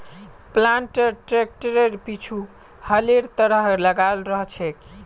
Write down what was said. planter ट्रैक्टरेर पीछु हलेर तरह लगाल रह छेक